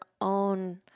own